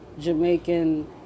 Jamaican